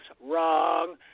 Wrong